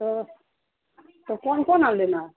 تو تو کون کون آ لینا ہے